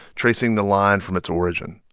tracing the line from its origin.